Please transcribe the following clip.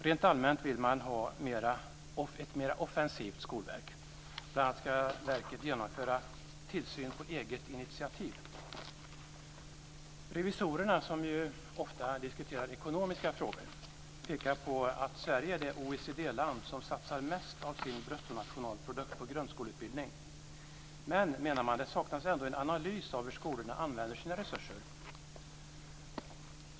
Rent allmänt vill man ha ett mera offensivt skolverk, bl.a. att verket ska genomföra mer tillsyn på eget initiativ. Revisorerna, som ofta diskuterar ekonomiska frågor, pekar på att Sverige är det OECD-land som satsar mest av sin bruttonationalprodukt på grundskoleutbildning. Men, menar man, det saknas en analys av hur skolorna använder sina resurser.